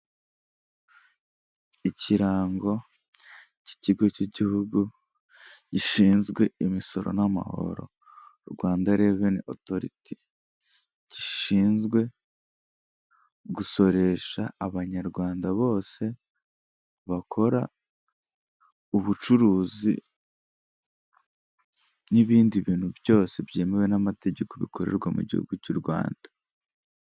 Ikirango k'ikigo k'igihugu gishinzwe imisoro n'amahoro, Rwanda Reveni Otoriti, gishinzwe gusoresha Abanyarwanda bose bakora ubucuruzi n'ibindi bintu byose byemewe n'amategeko, bikorerwa mu gihugu cy'u Rwanda.